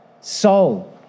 soul